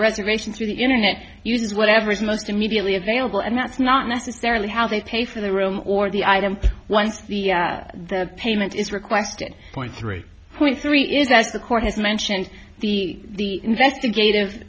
reservation through the internet uses whatever's most immediately available and that's not necessarily how they pay for the room or the item once the the payment is requested point three point three is that the court has mentioned the investigative